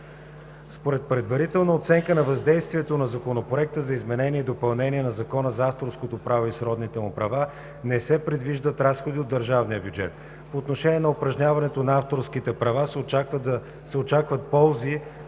Според предварителна оценка на въздействието на Законопроекта за изменение и допълнение на Закона за авторското право и сродните му права не се предвиждат разходи от държавния бюджет. По отношение на упражняването на авторските права се очакват ползи